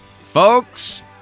Folks